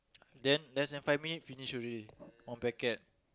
then less than five minutes finish already one packet